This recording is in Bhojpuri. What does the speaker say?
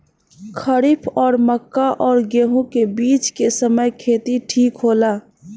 खरीफ और मक्का और गेंहू के बीच के समय खेती ठीक होला?